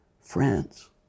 friends